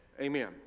amen